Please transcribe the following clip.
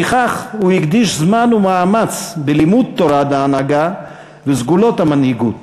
לפיכך הוא הקדיש זמן ומאמץ ללימוד תורת ההנהגה וסגולות המנהיגות,